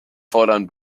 fordern